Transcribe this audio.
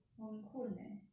我很困 leh